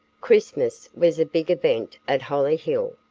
christmas was a big event at hollyhill.